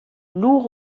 lur